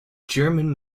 german